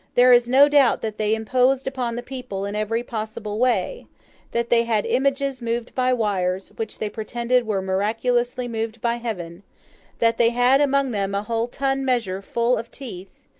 there is no doubt that they imposed upon the people in every possible way that they had images moved by wires, which they pretended were miraculously moved by heaven that they had among them a whole tun measure full of teeth,